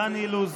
דן אילוז,